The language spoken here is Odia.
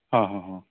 ହଁ ହଁ ହଁ